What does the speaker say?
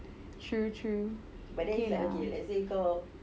true true okay ah